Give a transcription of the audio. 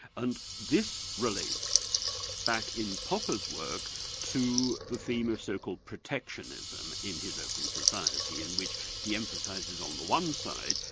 and this relates back in popper's work to the theme of so-called protectionism in his open society, in which he emphasises on the one side,